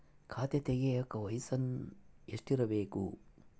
ಖಾತೆ ತೆಗೆಯಕ ವಯಸ್ಸು ಎಷ್ಟಿರಬೇಕು?